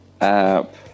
app